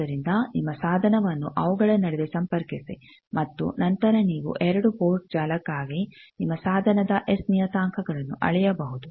ಆದ್ದರಿಂದ ನಿಮ್ಮ ಸಾಧನವನ್ನು ಅವುಗಳ ನಡುವೆ ಸಂಪರ್ಕಿಸಿ ಮತ್ತು ನಂತರ ನೀವು ಎರಡು ಪೋರ್ಟ್ ಜಾಲಕ್ಕಾಗಿ ನಿಮ್ಮ ಸಾಧನದ ಎಸ್ ನಿಯತಾಂಕಗಳನ್ನು ಅಳೆಯಬಹುದು